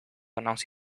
announce